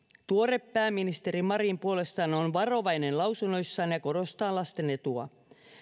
tuore pääministeri marin puolestaan on varovainen lausunnoissaan ja korostaa lasten etua